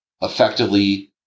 effectively